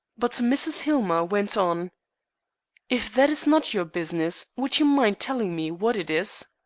but mrs. hillmer went on if that is not your business, would you mind telling me what it is?